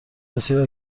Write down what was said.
بسیاری